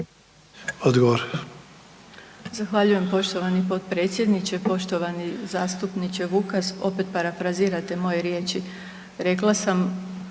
Odgovor.